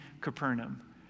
Capernaum